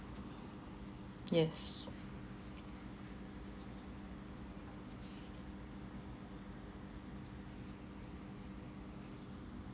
yes